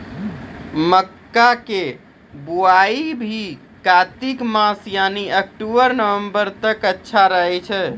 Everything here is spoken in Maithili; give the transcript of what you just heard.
मक्का के बुआई भी कातिक मास यानी अक्टूबर नवंबर तक अच्छा रहय छै